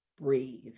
breathe